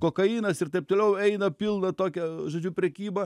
kokainas ir taip toliau eina pilna tokia žodžiu prekyba